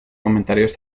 comentarios